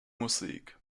musik